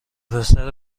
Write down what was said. پسر